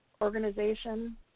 organization